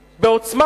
בעוצמה,